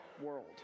world